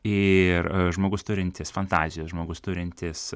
ir e žmogus turintis fantazijos žmogus turintis